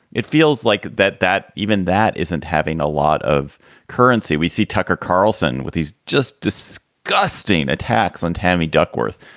it feels like that that even that isn't having a lot of currency. we see tucker carlson with these just disgusting attacks on tammy duckworth.